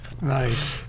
Nice